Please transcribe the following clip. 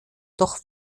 doch